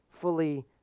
fully